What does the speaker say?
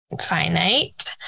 finite